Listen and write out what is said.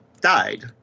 died